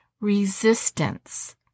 resistance